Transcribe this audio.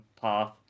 Path